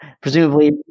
Presumably